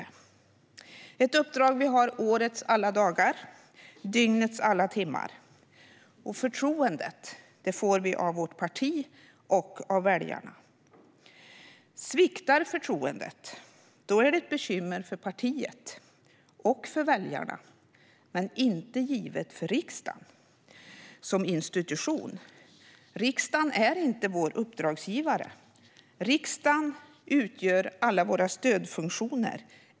Det är ett uppdrag vi har årets alla dagar och dygnets alla timmar. Förtroendet får vi av vårt parti och av väljarna. Sviktar förtroendet är det ett bekymmer för partiet och för väljarna, men det är inte givet att det är ett bekymmer för riksdagen som institution. Riksdagen är inte vår uppdragsgivare, utan riksdagen utgör alla våra stödfunktioner.